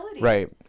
Right